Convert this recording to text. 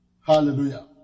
Hallelujah